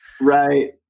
Right